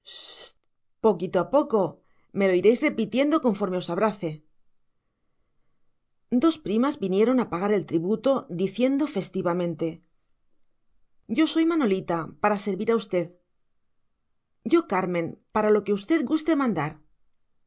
poquito a poco me lo iréis repitiendo conforme os abrace dos primas vinieron a pagar el tributo diciendo festivamente yo soy manolita para servir a usted yo carmen para lo que usted guste mandar